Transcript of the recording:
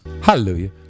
Hallelujah